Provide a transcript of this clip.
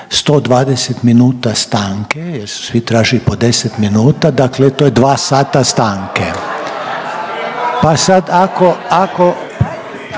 120 minuta stanke jer su svi tražili po 10 minuta. Dakle to je 2 sata stanke, pa sada ako